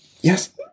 Yes